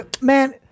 Man